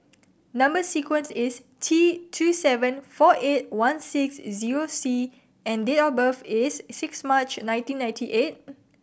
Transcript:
number sequence is T two seven four eight one six zero C and date of birth is six March nineteen ninety eight